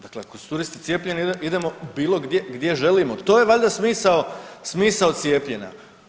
Dakle, ako su turisti cijepljeni idemo bilo gdje želimo, to je valjda smisao cijepljenja.